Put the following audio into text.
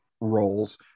roles